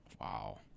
Wow